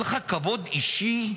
אין לך כבוד אישי?